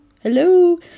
hello